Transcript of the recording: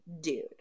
dude